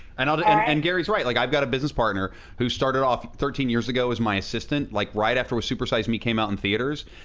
and and and gary's right. like i've got a business partner who started off thirteen years ago as my assistant, like right after where super size me came out in theaters,